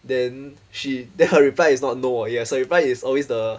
then she then her reply it's not no or yes her reply is always the